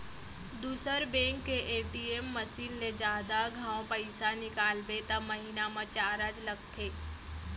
दूसर बेंक के ATM machine ले जादा घांव पइसा निकालबे त महिना म चारज लगथे